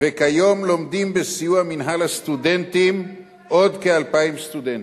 וכיום לומדים בסיוע מינהל הסטודנטים עוד כ-2,000 סטודנטים.